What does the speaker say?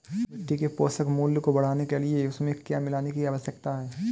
मिट्टी के पोषक मूल्य को बढ़ाने के लिए उसमें क्या मिलाने की आवश्यकता है?